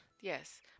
Yes